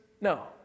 No